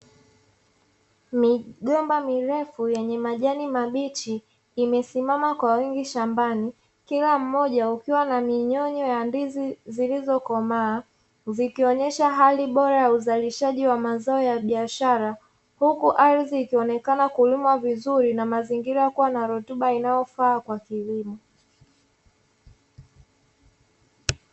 Migomba mirefu yenye majani mabichi, imesimama kwa wingi shambani. Kila mmoja ukiwa na minyonyo ya ndizi zilizokomaa, zikionyesha hali bora ya uzalishaji wa mazao ya biashara. Huku ardhi ikionekana kulimwa vizuri na mazingira kuwa na rutuba inayofaa kwa kilimo.